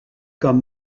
comme